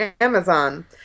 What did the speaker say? Amazon